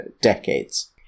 decades